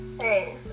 Hey